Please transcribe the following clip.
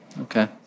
Okay